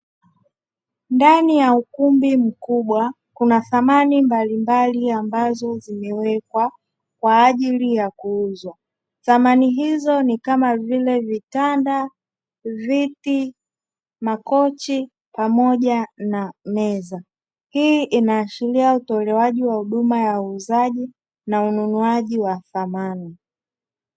Ndani ya ukumbi mkubwa, kuna samani mbalimbali ambazo zimewekwa kwaajili ya kuuzwa. Samani hizo ni kama vile vitanda, viti, makochi pamoja na meza. Hii inaashiria utolewaji wa huduma ya uuzaji na ununuaji wa samani.